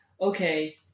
okay